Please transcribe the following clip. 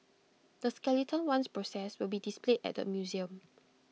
the skeleton once processed will be displayed at the museum